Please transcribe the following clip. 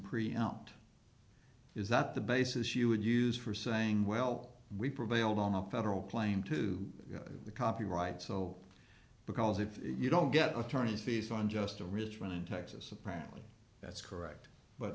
preempt is that the basis you would use for saying well we prevailed on up federal claim to the copyright so because if you don't get attorney's fees on just a rich man in texas apparently that's correct but